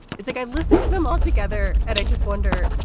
it's like i listen to them all together. and i just wonder,